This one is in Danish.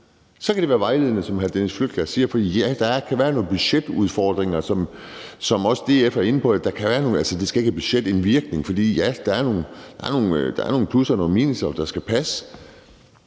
Så kan det være vejledende afstemninger, som hr. Dennis Flydtkjær siger, for der kan være nogle budgetudfordringer, som DF også er inde på, altså at det ikke skal have indvirkning på budgettet, for ja, der er nogle plusser og minusser, der skal passe,